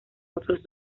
otros